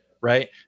right